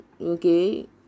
okay